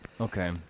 okay